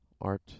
Art